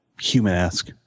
human-esque